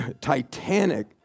titanic